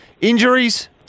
Injuries